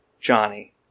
Johnny